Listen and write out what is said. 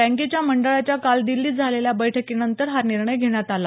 बँकेच्या मंडळाच्या काल दिल्लीत झालेल्या बैठकीनंतर हा निर्णय घेण्यात आला